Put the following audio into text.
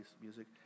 music